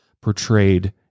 portrayed